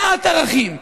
מעט ערכים,